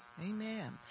Amen